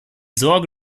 sorge